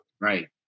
Right